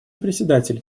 председатель